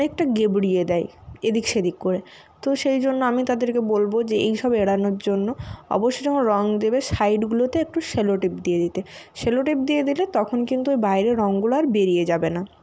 অনেকটা গেবড়িয়ে দেয় এদিক সেদিক করে তো সেই জন্য আমি তাদেরকে বলবো যে এইসব এড়ানোর জন্য অবশ্য যখন রং দেবে সাইডগুলোতে একটু সেলোটেপ দিয়ে দিতে সেলোটেপ দিয়ে দিলে তখন কিন্তু বাইরে রংগুলো আর বেরিয়ে যাবে না